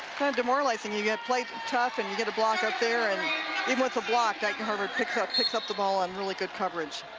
demoralizing you get slight tough, and get a block up there and even with a block, dyke new hartford picks up picks up the ball on really good coverage